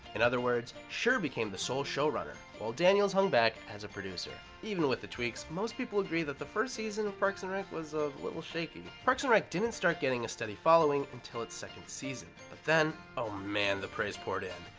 in other words, schur became the sole showrunner, while daniels hung back as a producer. even with the tweaks, most people agree that the first season of parks and rec was a little shaky. parks and rec didn't start get a steady following until its second season. but then, oh man, the praise poured in.